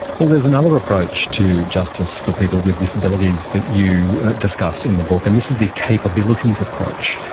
well, there's another approach to justice for people with disabilities that you discuss in the book, and this is the capabilities approach.